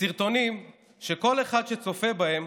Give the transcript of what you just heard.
סרטונים שכל אחד שצופה בהם